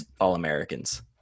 All-Americans